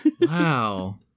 Wow